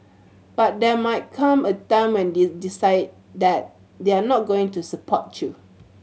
but there might come a time when they decide that they're not going to support you